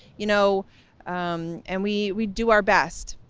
you know um and we we do our best.